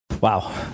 Wow